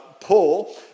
Paul